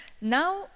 Now